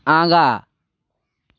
आगाँ